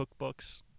cookbooks